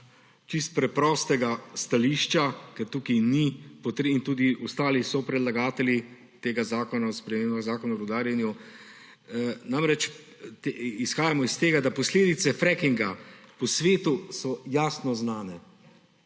čisto preprostega stališča in tudi ostali sopredlagatelji tega zakona o spremembah Zakona o rudarjenju. Namreč, izhajamo iz tega, da posledice frackinga po svetu so jasno znane,